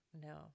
No